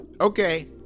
okay